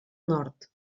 nord